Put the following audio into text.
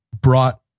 brought